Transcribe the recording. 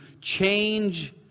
change